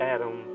Adam